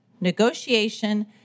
negotiation